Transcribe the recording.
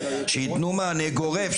שייתנו מענה גורף.